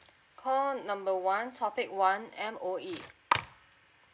call number one topic one M_O_E